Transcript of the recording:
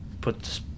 put